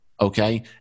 okay